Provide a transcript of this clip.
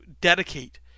dedicate